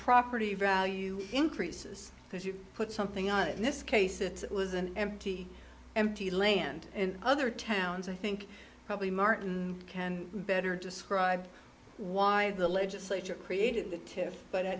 property value increases because you put something on it in this case it was an empty empty land in other towns i think probably martin can better describe why the legislature created the tiff but i